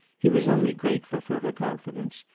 he was only grateful for her confidence,